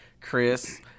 Chris